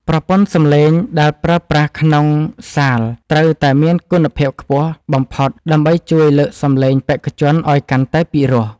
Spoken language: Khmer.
ប្រព័ន្ធសម្លេងដែលប្រើប្រាស់ក្នុងសាលត្រូវតែមានគុណភាពខ្ពស់បំផុតដើម្បីជួយលើកសម្លេងបេក្ខជនឱ្យកាន់តែពិរោះ។